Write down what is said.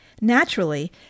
Naturally